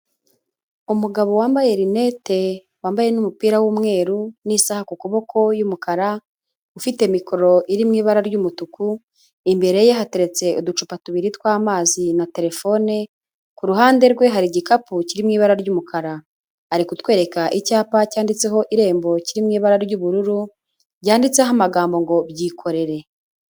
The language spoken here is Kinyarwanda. Umugabo wambaye rinete wambaye n'umupira w'umweru n'isaha ku kuboko y'umukara, ufite mikoro iri mu ibara ry'umutuku, imbere ye hateretse uducupa tubiri tw'amazi na terefone ku ruhande rwe hari igikapu kiri mu ibara ry'umukara. Ari kutwereka icyapa cyanditseho Irembo kiri mu ibara ry'ubururu cyanditseho amagambo ngo Byikorere.